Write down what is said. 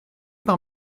par